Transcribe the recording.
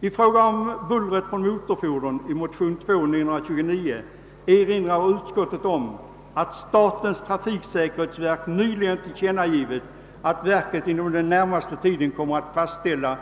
När det gäller buller från motorfordon, den fråga som upptagits i motion 11: 929, erinrar utskottet om att statens trafiksäkerhetsverk nyligen tillkännagivit att verket inom den närmaste tiden kommer att fastställa